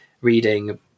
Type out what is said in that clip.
reading